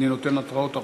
אני נותן התרעות ארוכות.